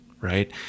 right